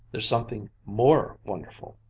there's something more wonderful!